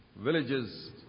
villages